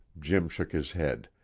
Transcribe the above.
jim shook his head.